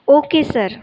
okay sir